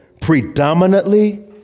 Predominantly